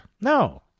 No